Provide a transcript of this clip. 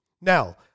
Now